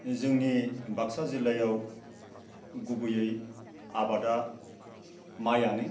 जोंनि बाक्सा जिल्लायाव गुबैयै आबादा माइआनो